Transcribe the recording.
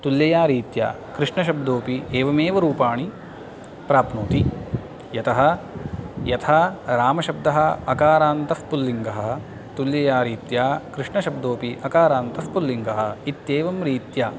तुल्यारीत्या कृष्णशब्दोपि एवमेव रूपाणि प्राप्नोति यतः यथा रामशब्दः अकारान्तः पुल्लिङ्गः तुल्यारीत्या कृष्णशब्दोपि अकारान्तः पुल्लिङ्गः इत्येवं रीत्या